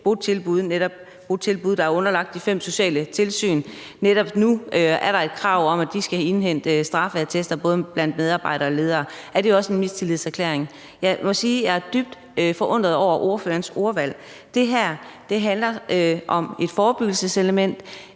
botilbud, der er underlagt de fem socialtilsyn – som gør, at der netop nu er et krav om, at de skal indhente straffeattester både blandt medarbejdere og ledere, også er en mistillidserklæring? Jeg må sige, at jeg er dybt forundret over ordførerens ordvalg. Det her handler bl.a. om et forebyggelseselement,